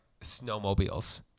snowmobiles